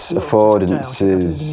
affordances